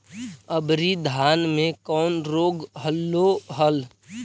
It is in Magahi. अबरि धाना मे कौन रोग हलो हल?